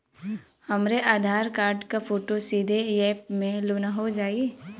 हमरे आधार कार्ड क फोटो सीधे यैप में लोनहो जाई?